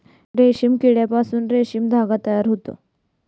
रेशीम किड्यापासून रेशीम धागा तयार होतो